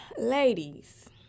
Ladies